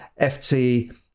FT